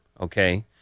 okay